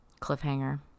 cliffhanger